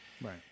Right